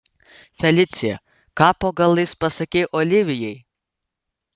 felicija ką po galais pasakei olivijai